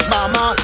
Mama